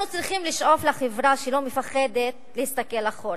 אנחנו צריכים לשאוף לחברה שלא מפחדת להסתכל אחורה,